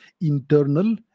internal